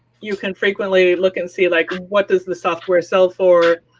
you can frequently look and see like what does the software sell for?